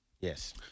yes